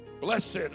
Blessed